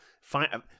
find